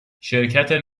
شرکت